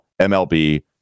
MLB